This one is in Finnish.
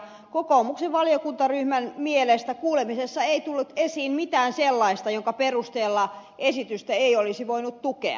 kokoomuksen valiokuntaryhmän mielestä kuulemisessa ei tullut esiin mitään sellaista jonka perusteella esitystä ei olisi voinut tukea